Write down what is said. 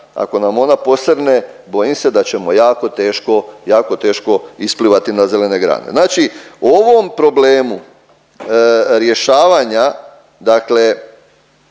ako nam ona posrne, bojim se da ćemo jako teško, jako teško isplivati na zelene grane. Znači ovom problemu rješavanja dakle